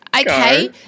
Okay